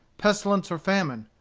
pestilence, or famine.